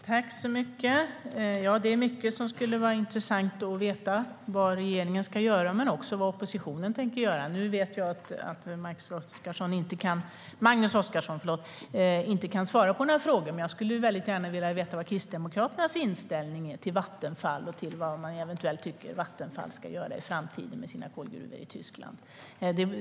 Herr talman! Det är mycket som skulle vara intressant att veta - vad regeringen ska göra men också vad oppositionen tänker göra. Nu vet jag att Magnus Oscarsson inte kan svara på några frågor, men jag skulle väldigt gärna vilja veta vad Kristdemokraternas inställning är till Vattenfall och vad man eventuellt tycker att Vattenfall ska göra i framtiden med sina kolgruvor i Tyskland.